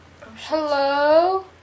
Hello